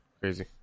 crazy